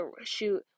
shoot